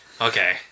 Okay